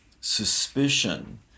suspicion